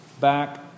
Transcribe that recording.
back